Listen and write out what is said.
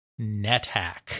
NetHack